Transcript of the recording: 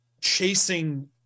chasing